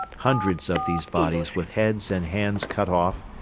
hundreds of these bodies with heads and hands cut off,